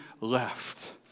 left